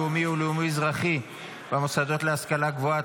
לאומי או לאומי-אזרחי במוסדות להשכלה גבוהה,